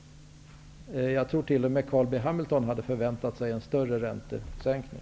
Jag tror att t.o.m. Carl B Hamilton hade förväntat sig en större räntesänkning.